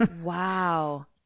Wow